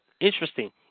Interesting